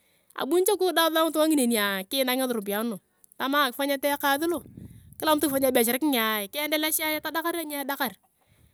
Abuni cha kiuda sua ngitunga nginenia kinak ngaropiyae nu tamaa kifanyata ekaas lo, kila mtu kifany ebeshar kenge kiendeleshaea tadakar aniedakar.